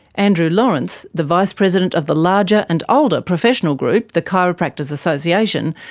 andrew lawrence, the vice president of the larger and older professional group, the chiropractors association,